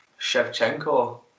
Shevchenko